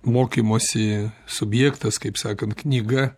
mokymosi subjektas kaip sakant knyga